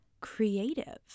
creative